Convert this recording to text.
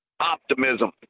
Optimism